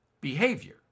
Behavior